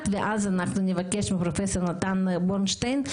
ואז אנחנו נבקש מפרופ' נתן בורנשטיין,